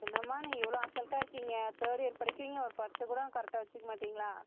என்னம்மா நீங்கள் இவ்வளோ அசால்ட்டாக இருக்கீங்க தேர்ட் இயர் படிக்கிறீங்க ஒரு பர்ஸ்சும் கூடம் கரெட்டாக வச்சிக்கமாட்டீங்களா